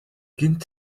гэнэт